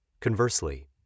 Conversely